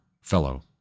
fellow